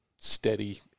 Steady